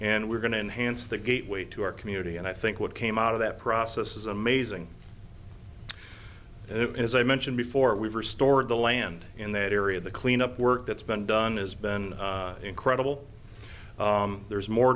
and we're going to enhance that gateway to our community and i think what came out of that process is amazing as i mentioned before we've restored the land in that area the cleanup work that's been done is been incredible there's more